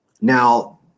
Now